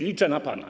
Liczę na pana.